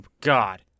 God